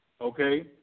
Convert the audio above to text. Okay